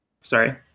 sorry